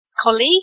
colleague